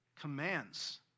commands